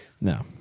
No